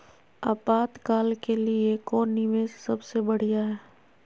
आपातकाल के लिए कौन निवेस सबसे बढ़िया है?